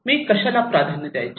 मी कशाला प्राधान्य द्यायचे